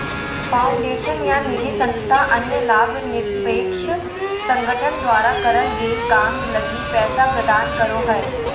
foundation या निधिसंस्था अन्य लाभ निरपेक्ष संगठन द्वारा करल गेल काम लगी पैसा प्रदान करो हय